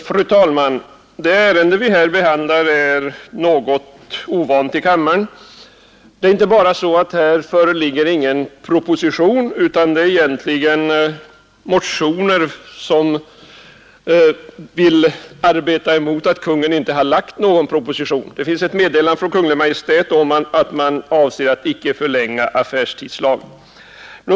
Fru talman! Det ärende vi här behandlar är något ovanligt i kammaren. Det är inte bara så att ingen proposition föreligger utan endast motioner som är emot att Kungl. Maj:t inte har lagt någon proposition; det finns ett meddelande från Kungl. Maj:t om att man avser att icke förlänga affärstidslagen.